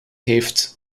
heeft